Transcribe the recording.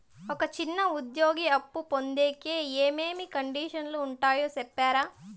ఒక చిన్న ఉద్యోగి అప్పు పొందేకి ఏమేమి కండిషన్లు ఉంటాయో సెప్తారా?